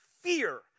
fear